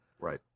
Right